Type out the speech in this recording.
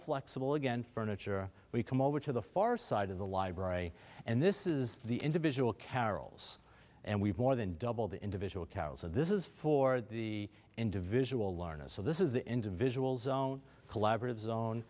flexible again furniture we come over to the far side of the library and this is the individual carole's and we've more than doubled the individual cows and this is for the individual learners so this is the individual's own collaborative zone